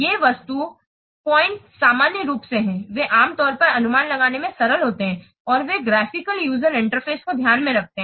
ये वस्तु पॉइंट सामान्य रूप से हैं वे आमतौर पर अनुमान लगाने में सरल होते हैं और वे ग्राफिकल यूजर इंटरफेस को ध्यान में रखते हैं